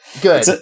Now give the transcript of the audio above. Good